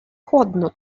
chłodno